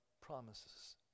promises